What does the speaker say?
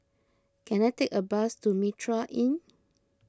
can I take a bus to Mitraa Inn